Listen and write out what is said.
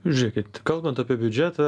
žiūrėkit kalbant apie biudžetą